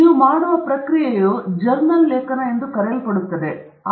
ನೀವು ಮಾಡುವ ಪ್ರಕ್ರಿಯೆಯು ಜರ್ನಲ್ ಲೇಖನ ಎಂದು ಕರೆಯಲ್ಪಡುತ್ತದೆ